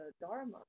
Dharma